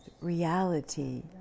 reality